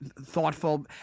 thoughtful